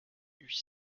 huit